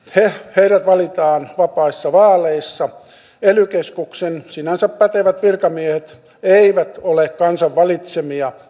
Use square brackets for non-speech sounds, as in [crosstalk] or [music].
heidät valitaan vapaissa vaaleissa ely keskuksen sinänsä pätevät virkamiehet eivät ole kansan valitsemia [unintelligible]